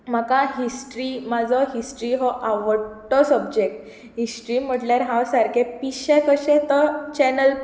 म्हाका हिस्ट्री म्हजो हिस्ट्री हो आवडटो सब्जॅक्ट हिस्ट्री म्हटल्यार हांव सारके पिशे कशे तो चॅनल